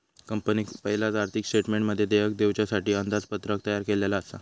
कंपनीन पयलाच आर्थिक स्टेटमेंटमध्ये देयक दिवच्यासाठी अंदाजपत्रक तयार केल्लला आसा